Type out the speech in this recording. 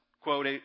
quote